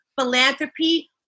Philanthropy